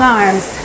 arms